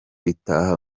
itaha